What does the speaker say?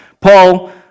Paul